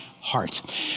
heart